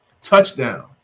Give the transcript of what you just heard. Touchdown